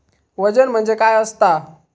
वजन म्हणजे काय असता?